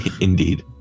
Indeed